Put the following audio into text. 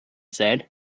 said